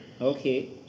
Okay